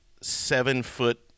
seven-foot